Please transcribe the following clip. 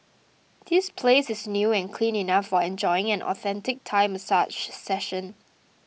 these place is new and clean enough for enjoying an authentic Thai massage session